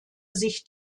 sich